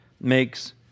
makes